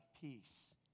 peace